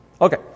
Okay